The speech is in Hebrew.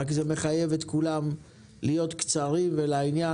רק זה מחייב את כולם להיות קצרים ולעניין.